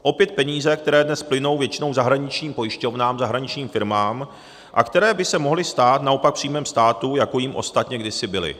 Opět peníze, které dnes plynou většinou zahraničním pojišťovnám, zahraničním firmám a které by se mohly stát naopak příjmem státu, jako jím ostatně kdysi byly.